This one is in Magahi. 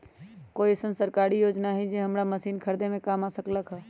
कोइ अईसन सरकारी योजना हई जे हमरा मशीन खरीदे में काम आ सकलक ह?